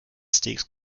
steaks